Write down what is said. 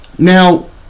now